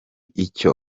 icyo